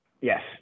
Yes